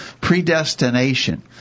predestination